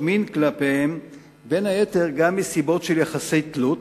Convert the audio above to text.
מין כלפיהם בין היתר גם מסיבות של יחסי תלות,